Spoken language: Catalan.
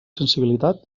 sensibilitat